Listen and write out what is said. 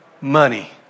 Money